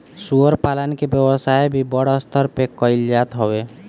सूअर पालन के व्यवसाय भी बड़ स्तर पे कईल जात हवे